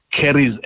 carries